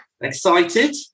Excited